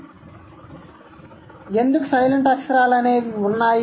కాబట్టి ఎందుకు సైలెంట్ అక్షరాలు అనేవి వున్నాయి